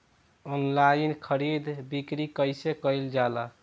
Online खरीद बिक्री कइसे कइल जाला?